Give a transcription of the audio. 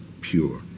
pure